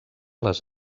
les